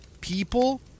people